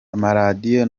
amaradiyo